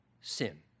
sin